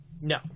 No